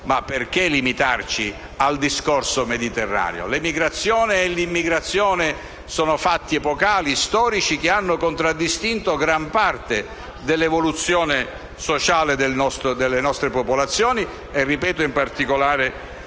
ma perché limitare il discorso al Mediterraneo? L'emigrazione e l'immigrazione sono fatti epocali e storici che hanno contraddistinto gran parte dell'evoluzione sociale delle nostre popolazioni e, ripeto, in particolare